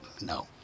No